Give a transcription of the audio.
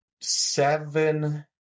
Seven